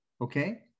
okay